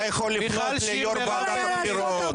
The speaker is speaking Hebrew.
היה יכול לפנות ליושב ראש ועדת הבחירות.